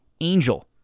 Angel